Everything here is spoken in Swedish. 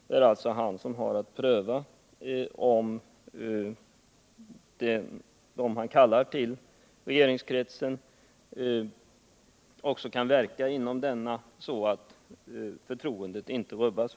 Det är alltså han som har att pröva om de personer som han kallar till regeringskretsen också kan verka inom denna så att förtroendet för dem inte rubbas.